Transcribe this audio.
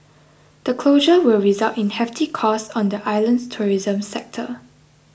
the closure will result in hefty costs on the island's tourism sector